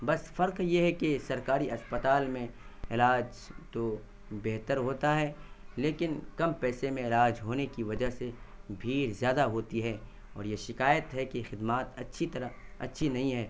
بس فرق یہ ہے کہ سرکاری اسپتال میں علاج تو بہتر ہوتا ہے لیکن کم پیسے میں علاج ہونے کی وجہ سے بھیڑ زیادہ ہوتی ہے اور یہ شکایت ہے کہ خدمات اچھی طرح اچھی نہیں ہے